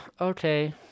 Okay